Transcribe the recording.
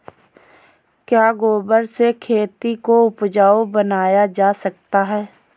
क्या गोबर से खेती को उपजाउ बनाया जा सकता है?